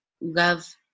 love